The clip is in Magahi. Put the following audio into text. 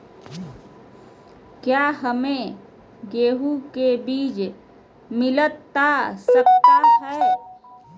क्या हमे गेंहू के बीज मिलता सकता है?